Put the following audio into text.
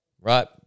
right